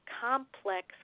complex